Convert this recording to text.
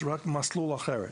זה רק מסלול אחר.